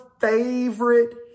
favorite